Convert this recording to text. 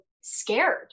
scared